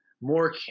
More